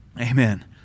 Amen